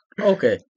Okay